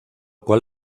cual